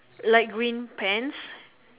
light green pants